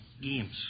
games